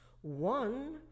one